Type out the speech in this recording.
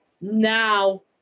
now